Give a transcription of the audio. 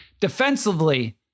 Defensively